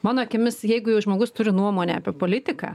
mano akimis jeigu jau žmogus turi nuomonę apie politiką